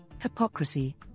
hypocrisy